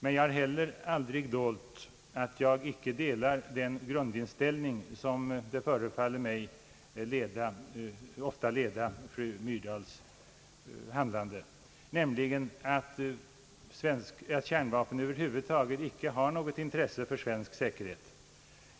Men jag har heller aldrig sökt dölja, att jag inte delar den grundinställning som, förefaller det mig, ofta leder fru Myrdals handlande, nämligen att kärnvapen över huvud taget inte har något intresse för svensk säkerhet.